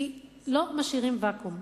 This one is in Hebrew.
כי לא משאירים ואקום,